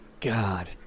God